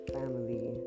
family